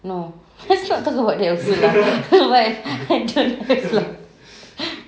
no let's not talk about that but I don't have lah